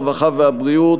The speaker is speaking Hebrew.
הרווחה והבריאות,